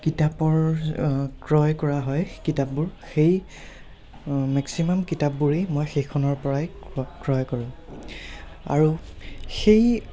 কিতাপৰ ক্ৰয় কৰা হয় কিতাপবোৰ সেই মেক্সিমাম কিতাপবোৰেই মই সেইখনৰপৰাই ক্ৰয় কৰোঁ আৰু সেই